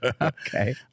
Okay